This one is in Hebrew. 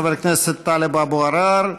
חבר הכנסת טלב אבו עראר,